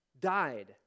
died